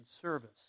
service